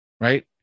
right